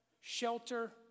shelter